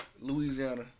Louisiana